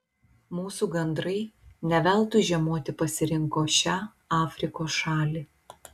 mūsų gandrai ne veltui žiemoti pasirinko šią afrikos šalį